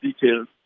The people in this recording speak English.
details